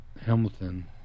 Hamilton